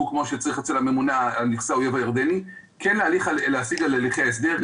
כמו שצריך אצל הממונה על נכסי האויב הירדני כן להשיג על הליכי ההסדר.